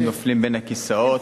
הם נופלים בין הכיסאות.